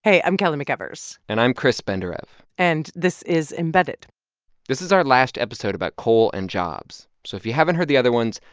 hey, i'm kelly mcevers and i'm chris benderev and this is embedded this is our last episode about coal and jobs. so if you haven't heard the other ones,